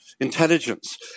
intelligence